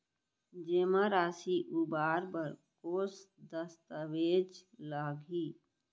जेमा राशि उबार बर कोस दस्तावेज़ लागही?